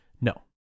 no